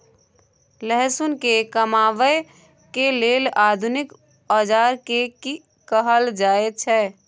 लहसुन के कमाबै के लेल आधुनिक औजार के कि कहल जाय छै?